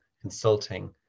consulting